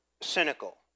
cynical